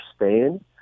understand